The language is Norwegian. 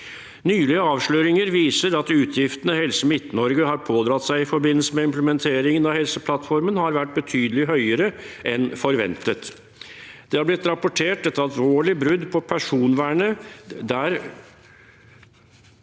Nylige avsløringer viser at utgiftene Helse Midt-Norge har pådratt seg i forbindelse med implementeringen av Helseplattformen, har vært betydelig høyere enn forventet. Det har blitt rapportert et alvorlig brudd på personvernet, der